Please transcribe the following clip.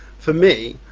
for me,